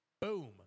boom